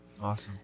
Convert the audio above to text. Awesome